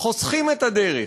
חוסכים את הדרך.